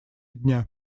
дня